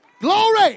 Glory